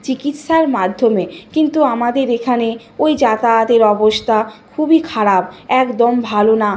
চিকিৎসার মাধ্যমে কিন্তু আমাদের এখানে ওই যাতায়াতের অবস্থা খুবই খারাপ একদম ভালো না